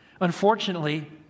Unfortunately